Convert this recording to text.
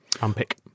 unpick